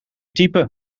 type